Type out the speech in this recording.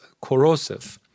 corrosive